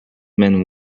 men